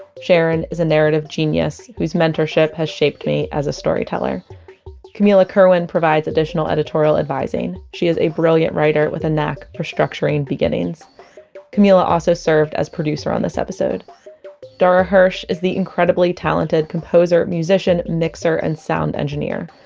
sharon is narrative genius, whose mentorship has shaped me as a storyteller camila kerwin provides additional editorial advising. she is a brilliant writer with a knack for structuring beginnings camila also served as a producer on this episode dara hirsch is the incredibly talented composer, musician, mixer and sound engineer.